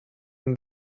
than